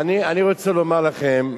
אני רוצה לומר לכם,